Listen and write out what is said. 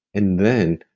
and then,